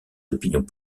opinions